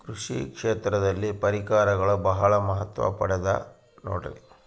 ಕೃಷಿ ಕ್ಷೇತ್ರದಲ್ಲಿ ಪರಿಕರಗಳು ಬಹಳ ಮಹತ್ವ ಪಡೆದ ನೋಡ್ರಿ?